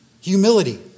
humility